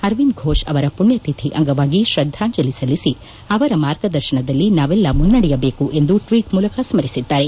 ಅರವಿಂದ್ ಫೋಷ್ ಅವರ ಮಣ್ಣತಿಥಿ ಅಂಗವಾಗಿ ಪ್ರದ್ಧಾಂಜಲಿ ಸಲ್ಲಿಸಿ ಅವರ ಮಾರ್ಗದರ್ಶನದಲ್ಲಿ ನಾವೆಲ್ಲ ಮುನ್ನಡೆಯಬೇಕು ಎಂದು ಟ್ವೀಟ್ ಮೂಲಕ ಸ್ನರಿಸಿದ್ದಾರೆ